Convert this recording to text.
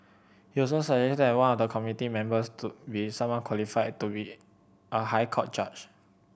he also suggested that one of the committee members to be someone qualified to be a High Court judge